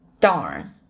Darn